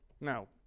Now